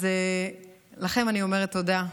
אז לכם אני אומרת תודה.